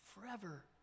forever